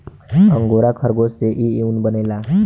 angora खरगोश से इ ऊन बनेला